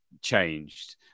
changed